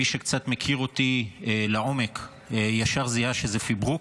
מי שקצת מכיר אותי לעומק ישר זיהה שזה פברוק.